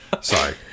Sorry